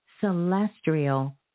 celestial